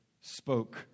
spoke